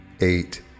eight